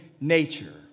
nature